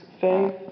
faith